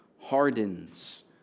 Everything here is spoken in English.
hardens